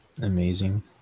Amazing